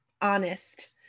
honest